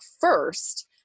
first